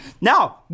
Now